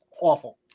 awful